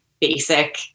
basic